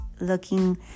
looking